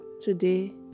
today